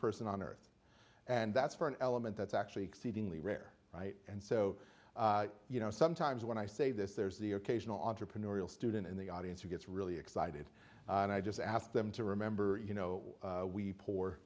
person on earth and that's for an element that's actually exceedingly rare right and so you know sometimes when i say this there's the occasional entrepreneurial student in the audience who gets really excited and i just ask them to remember you know we po